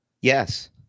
yes